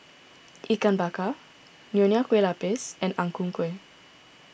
Ikan Bakar Nonya Kueh Lapis and Ang Ku Kueh